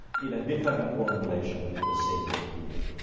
in a different formulation, with the same idea.